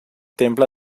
temple